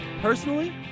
Personally